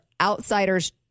outsiders